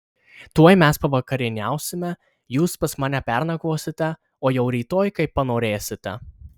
tuoj mes pavakarieniausime jūs pas mane pernakvosite o jau rytoj kaip panorėsite